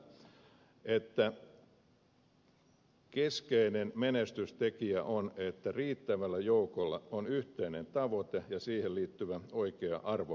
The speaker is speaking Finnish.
näyttää siltä että keskeinen menestystekijä on että riittävällä joukolla on yhteinen tavoite ja siihen liittyvä oikea arvopohja